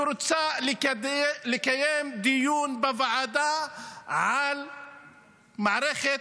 שרוצה לקיים דיון בוועדה על מערכת